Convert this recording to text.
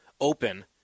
open